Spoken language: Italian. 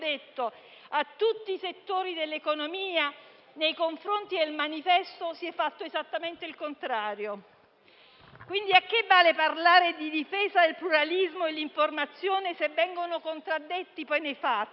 in tutti i settori dell'economia, nei confronti de «il manifesto» si è fatto esattamente il contrario. Quindi a che vale parlare di difesa del pluralismo e dell'informazione se le parole vengono contraddette poi nei fatti?